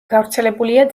გავრცელებულია